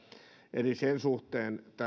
eli sen suhteen